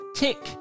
tick